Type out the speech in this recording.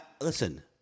listen